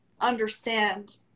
understand